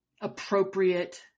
appropriate